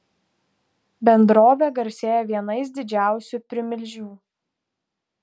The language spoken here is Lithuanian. bendrovė garsėja vienais didžiausių primilžių